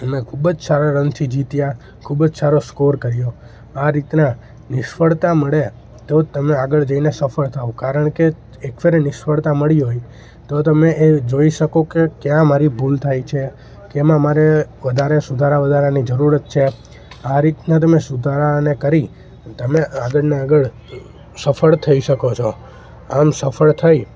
અમે ખૂબ જ સારા રનથી જીત્યા ખૂબ જ સારો સ્કોર કર્યો આ રીતના નિષ્ફળતા મળે તો જ તમે આગળ જઈને સફળ થાઓ કારણકે એક ફેરી નિષ્ફળતા મળી હોય તો તમે એ જોઈ શકો કે ક્યાં મારી ભૂલ થાય છે શેમાં મારે વધારે સુધારા વધારાની જરૂરત છે આ રીતના તમે સુધારા અને કરી તમે આગળ અને આગળ સફળ થઈ શકો છો આમ સફળ થઈ